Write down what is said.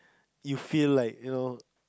it feel like you know